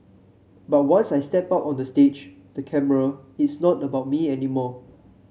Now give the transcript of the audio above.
but once I step out on the stage the camera it's not about me anymore